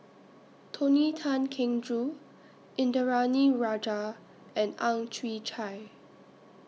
Tony Tan Keng Joo Indranee Rajah and Ang Chwee Chai